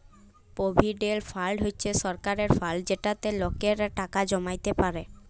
provident fund হছে সরকারের fund যেটতে লকেরা টাকা জমাইতে পারে